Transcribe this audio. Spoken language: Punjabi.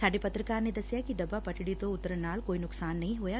ਸਾਡੇ ਪੱਤਰਕਾਰ ਨੇ ਦਸਿਆ ਕਿ ਡੱਬਾ ਪੱਟੜੀ ਤੋਂ ਉਤਰਨ ਨਾਲ ਕੋਈ ਨੁਕਸਾਨ ਨਹੀਂ ਹੋਇਆ